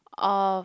of